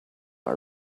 are